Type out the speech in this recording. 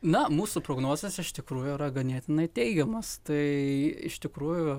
na mūsų prognozės iš tikrųjų yra ganėtinai teigiamos tai iš tikrųjų